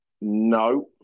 No